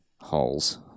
holes